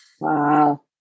Wow